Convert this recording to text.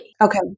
Okay